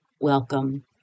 welcome